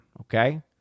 Okay